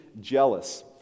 Jealous